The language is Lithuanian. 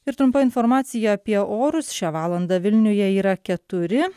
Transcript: ir trump informacij apie orus šią valandą vilniuje yra keturi